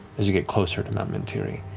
as you get closer to mount mentiri.